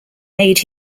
made